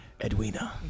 Edwina